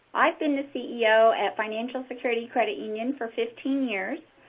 i've been the ceo at financial security credit union for fifteen years.